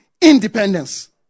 independence